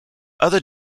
other